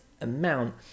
amount